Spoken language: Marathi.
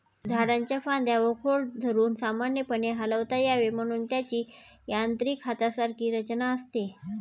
झाडाच्या फांद्या व खोड धरून सामान्यपणे हलवता यावे म्हणून त्याची यांत्रिक हातासारखी रचना असते